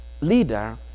leader